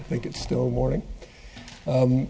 i think it's still morning